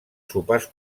sopars